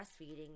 breastfeeding